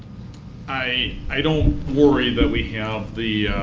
i i don't worry that we have the